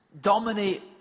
dominate